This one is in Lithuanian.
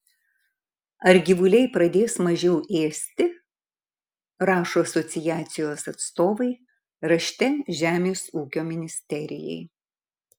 ar gyvuliai pradės mažiau ėsti rašo asociacijos atstovai rašte žemės ūkio ministerijai